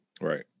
Right